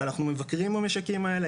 ואנחנו מבקרים במשקים האלה,